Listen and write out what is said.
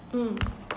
um